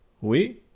Oui